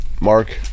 Mark